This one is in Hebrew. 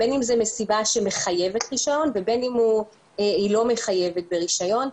בין אם זו מסיבה שמחייבת רישיון ובין אם זו מסיבה שלא מחייבת רישיון,